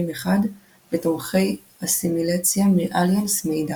מחד ותומכי אסימילציה מאליאנס מאידך.